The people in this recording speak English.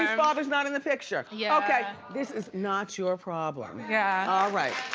and father's not in the picture. yeah. okay. this is not your problem. yeah. alright.